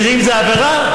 ואם זו עבירה,